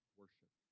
worship